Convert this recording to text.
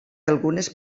algunes